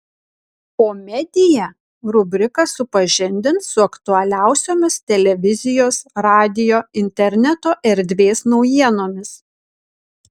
o media rubrika supažindins su aktualiausiomis televizijos radijo interneto erdvės naujienomis